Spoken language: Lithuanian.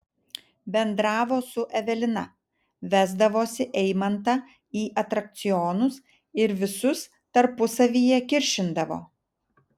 bendravo su evelina vesdavosi eimantą į atrakcionus ir visus tarpusavyje kiršindavo